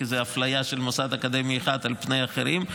כי זה אפליה של מוסד אקדמי אחד על פני אחרים.